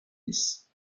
dix